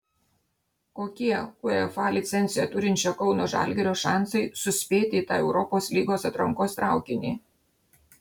kokie uefa licenciją turinčio kauno žalgirio šansai suspėti į tą europos lygos atrankos traukinį